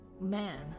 man